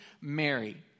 Mary